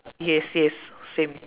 yes yes same